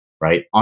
Right